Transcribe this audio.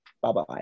Bye-bye